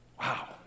wow